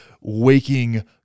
waking